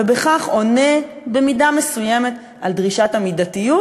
ובכך עונה במידה מסוימת על דרישת המידתיות,